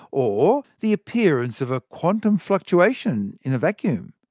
or the appearance of a quantum fluctuation in a vacuum.